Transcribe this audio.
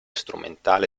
strumentale